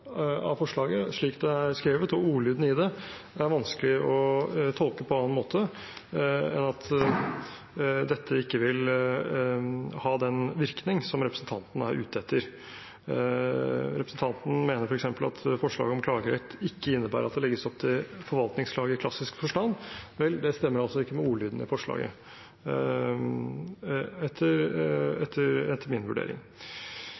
av forslaget slik det er skrevet, ordlyden i det, er vanskelig å tolke på annen måte enn at dette ikke vil ha den virkningen som representanten er ute etter. Representanten mener f.eks. at forslaget om klagerett ikke innebærer at det legges opp til forvaltningsklage i klassisk forstand. Vel, det stemmer altså ikke med ordlyden i forslaget, etter min vurdering.